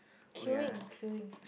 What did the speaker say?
queuing queuing